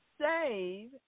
save